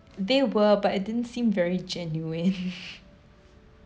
they were but it didn't seem very genuine